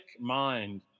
mind